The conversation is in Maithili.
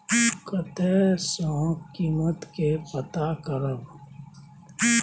कतय सॅ कीमत के पता करब?